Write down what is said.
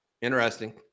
Interesting